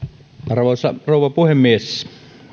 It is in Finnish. arvoisa rouva puhemies